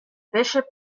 bishop